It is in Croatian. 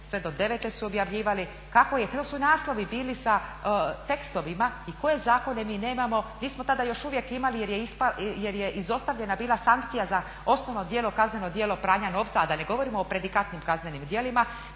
sve do '09. su objavljivali kako je, … su naslovi bili sa tekstovima i koje zakone mi nemamo. Nismo tada još uvijek imali jer je izostavljena bila sankcija za osnovno djelo, kazneno djelo pranja novca, a da ne govorimo o predikatnim kaznenim djelima